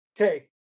Okay